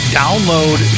download